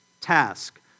task